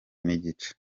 n’igice